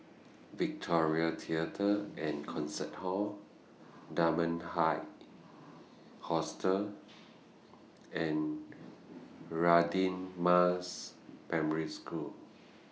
Victoria Theatre and Concert Hall Dunman High Hostel and Radin Mas Primary School